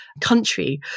country